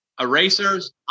erasers